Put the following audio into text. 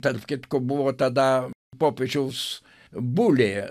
tarp kitko buvo tada popiežiaus bulė